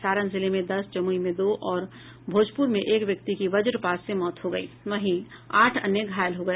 सारण जिले में दस जमुई में दो और भोजपुर में एक व्यक्ति की वज्रपात से मौत हो गई है वहीं आठ अन्य घायल हो गए